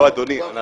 לא, אדוני.